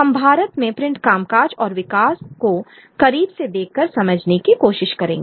हम भारत में प्रिंट कामकाज और विकास को करीब से देखकर समझने की कोशिश करेंगे